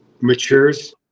matures